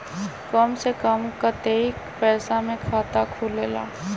कम से कम कतेइक पैसा में खाता खुलेला?